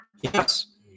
Yes